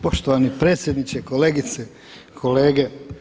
Poštovani predsjedniče, kolegice, kolege.